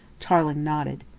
tarling nodded.